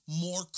more